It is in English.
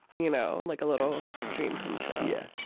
you know, like a little dream come true. yeah.